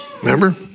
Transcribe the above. Remember